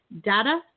data